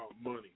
money